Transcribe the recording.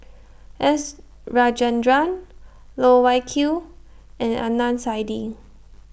S Rajendran Loh Wai Kiew and Adnan Saidi